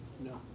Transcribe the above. No